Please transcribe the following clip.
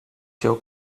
cię